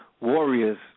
warriors